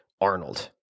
Arnold